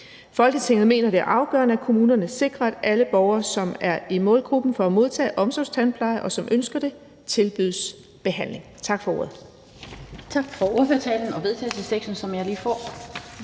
Folketinget mener, at det er afgørende, at kommunerne sikrer, at alle borgere, som er i målgruppen for at modtage omsorgstandpleje, og som ønsker det, tilbydes behandlingen.« (Forslag